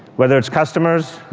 whether it's customers,